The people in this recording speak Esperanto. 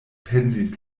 pensis